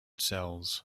cells